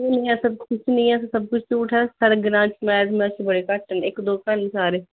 कुछ नेंई ऐ इत्थै सब किश झूठ ऐ साढ़े ग्रां च बडे घट्ट न इक दो घर ना सारे